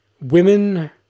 Women